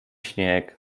śnieg